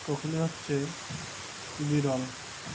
কোকিলই হচ্ছে বিরল